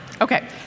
Okay